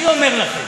אני אומר לכם.